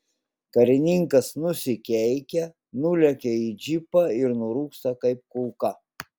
karininkas nusikeikia nulekia į džipą ir nurūksta kaip kulka